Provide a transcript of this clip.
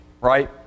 Right